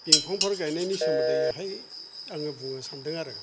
बिंफांफोर गायनायनि सोमोन्दैहाय आङो बुंनो सान्दों आरो